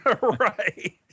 Right